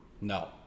No